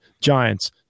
Giants